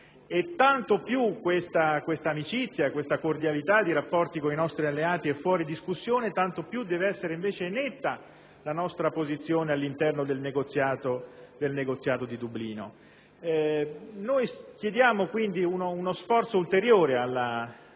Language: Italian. E tanto più questa amicizia, questa cordialità di rapporti con i nostri alleati è fuori discussione, tanto più deve essere invece netta la nostra posizione all'interno del negoziato di Dublino. Noi chiediamo quindi uno sforzo ulteriore alla